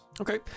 Okay